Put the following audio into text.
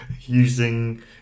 using